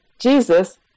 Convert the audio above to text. Jesus